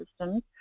systems